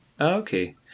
Okay